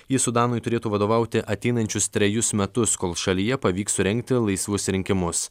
ji sudanui turėtų vadovauti ateinančius trejus metus kol šalyje pavyks surengti laisvus rinkimus